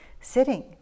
sitting